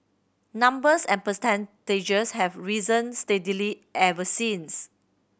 numbers and percentages have risen steadily ever since